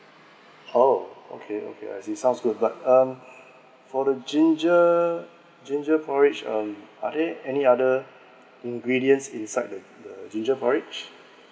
oh okay okay I see sounds good but um for the ginger ginger porridge um are there any other ingredients inside the the ginger porridge